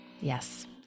yes